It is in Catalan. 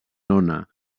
nona